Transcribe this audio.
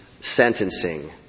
sentencing